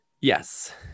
yes